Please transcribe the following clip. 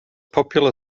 popular